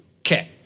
Okay